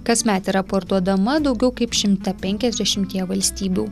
kasmet yra parduodama daugiau kaip šimte penkisdešimtyje valstybių